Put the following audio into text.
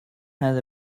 had